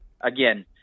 again